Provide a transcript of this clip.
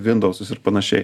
vindausus ir panašiai